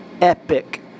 epic